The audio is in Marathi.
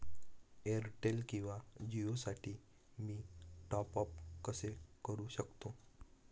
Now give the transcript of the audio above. एअरटेल किंवा जिओसाठी मी टॉप ॲप कसे करु शकतो?